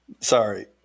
sorry